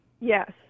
Yes